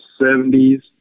70s